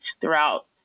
throughout